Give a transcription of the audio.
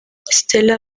stella